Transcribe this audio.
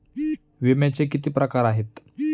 विम्याचे किती प्रकार आहेत?